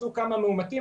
מצאו כמה מאומתים,